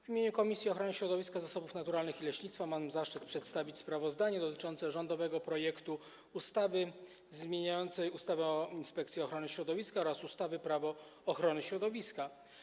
W imieniu Komisji Ochrony Środowiska, Zasobów Naturalnych i Leśnictwa mam zaszczyt przedstawić sprawozdanie dotyczące rządowego projektu ustawy zmieniającej ustawę o Inspekcji Ochrony Środowiska oraz ustawę Prawo ochrony środowiska.